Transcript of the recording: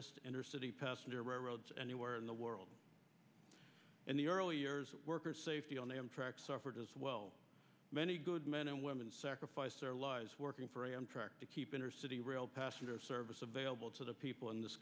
finest inner city passenger railroads anywhere in the world in the early years worker safety on amtrak suffered as well many good men and women sacrificed their lives working for a on track to keep inner city rail passenger service available to the people in this